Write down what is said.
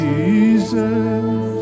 Jesus